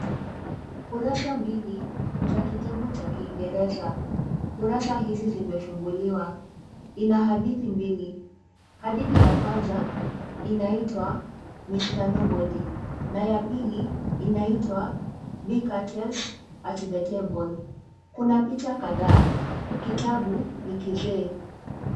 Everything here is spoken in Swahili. Kurasa mbili za kitabu cha Kiingereza. Kurasa hizi zimefunguliwa. Ina hadithi mbili. Hadithi ya kwanza inaitwa Mr. Nobody, na ya pili inaitwa be Courteous at the table. Kuna picha kadhaa. Kitabu ni kizee.